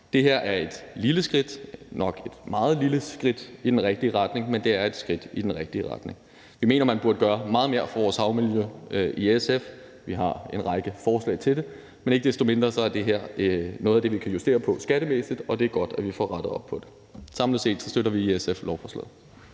Det her er et lille skridt i den rigtige retning, nok et meget lille skridt, men det er et skridt i den rigtige retning. Vi mener i SF, at man burde gøre meget mere for vores havmiljø, og vi har en række forslag til det. Men ikke desto mindre er det her noget af det, vi kan justere på skattemæssigt, og det er godt, at vi får rettet op på det. Samlet set støtter vi i SF lovforslaget.